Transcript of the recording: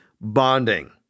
bonding